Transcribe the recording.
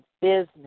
business